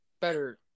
Better